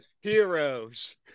Heroes